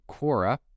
Quora